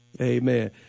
Amen